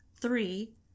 three